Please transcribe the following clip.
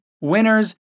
winners